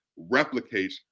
replicates